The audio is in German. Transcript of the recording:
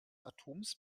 atoms